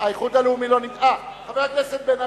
האיחוד הלאומי, חבר הכנסת בן-ארי,